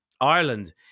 Ireland